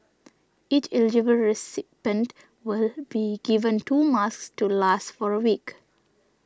each eligible recipient will be given two masks to last for a week